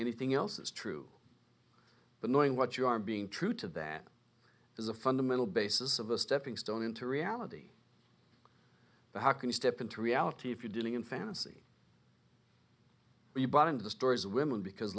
anything else is true but knowing what you are being true to that is a fundamental basis of a stepping stone into reality but how can you step into reality if you're dealing in fantasy you bought into the stories of women because